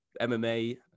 MMA